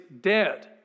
dead